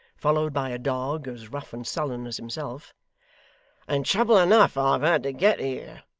followed by a dog, as rough and sullen as himself and trouble enough i've had to get here.